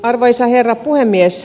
arvoisa herra puhemies